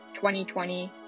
2020